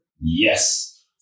Yes